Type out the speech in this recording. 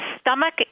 stomach